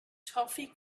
toffee